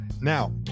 Now